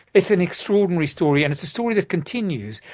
it's an extraordinary story and it's a story that continues.